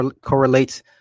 correlates